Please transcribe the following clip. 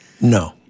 No